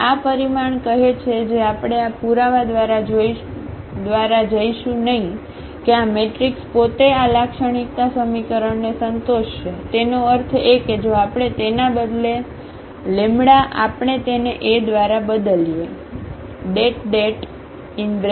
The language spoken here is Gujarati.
અને આ પરિણામ કહે છે જે આપણે આ પુરાવા દ્વારા જઈશું નહીં કે આ મેટ્રિક્સ પોતે આ લાક્ષણિકતા સમીકરણને સંતોષશે તેનો અર્થ એ કે જો આપણે તેના બદલે જો આપણે તેને A દ્વારા બદલીએ